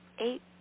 eight